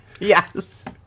Yes